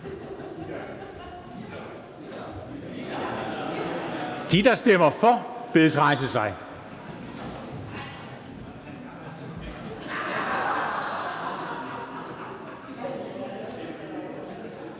De, der stemmer for, bedes rejse sig.